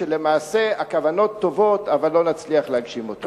כשלמעשה הכוונות טובות אבל לא נצליח להגשים אותן.